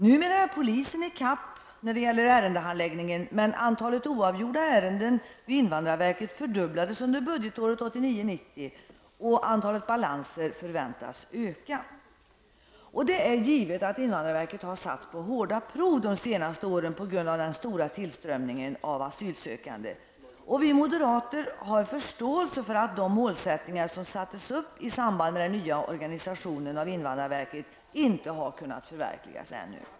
Numera är polisen i kapp när det gäller ärendehandläggningen, men antalet oavgjorda ärenden vid invandrarverket fördubblades under budgetåret 1989/90, och antalet balanser förväntas öka. Det är givet att invandrarverket har satts på hårda prov de senaste åren på grund av den stora tillströmningen av asylsökande. Vi moderater har förståelse för att de målsättningar som sattes upp i samband med den nya organisationen av invandrarverket ännu inte har kunnat förverkligas.